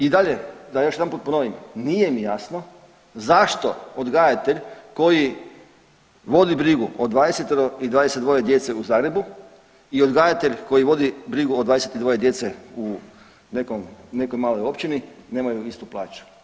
I dalje da još jedanput ponovim nije mi jasno zašto odgajatelj koji vodi brigu o 20 i 22 djece u Zagrebu i odgajatelj koji vodi brigu o 22 djece u nekoj maloj općini nemaju istu plaću.